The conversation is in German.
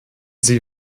sie